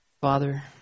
Father